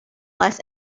less